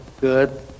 good